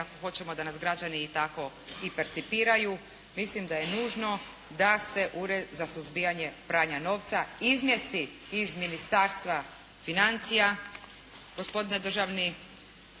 ako hoćemo da nas građani i tako percipiraju mislim da je nužno da se Ured za suzbijanje pranja novca izmjesti iz Ministarstva financija, gospodine državni